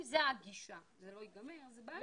אם זו הגישה שזה לא ייגמר, זו בעיה.